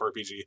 rpg